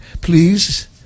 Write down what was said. please